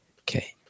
Okay